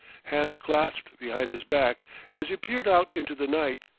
hands clasped behind his back as he peered out into the night.